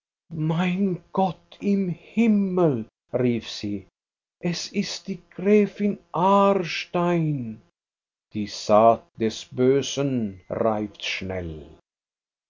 mein gott im himmel rief sie es ist die gräfin aarstein die saat des bösen reift schnell